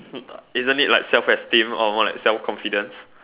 isn't it like self esteem or more like self confidence